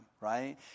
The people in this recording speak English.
right